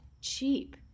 cheap